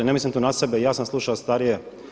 Ne mislim tu na sebe i ja sam slušao starije.